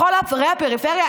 בכל הפריפריה?